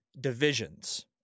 divisions